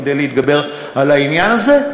כדי להתגבר על העניין הזה.